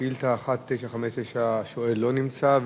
שאילתא 1959, השואל לא נמצא.